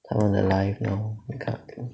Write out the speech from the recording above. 他们的 life lor that kind of thing